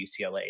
UCLA